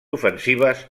ofensives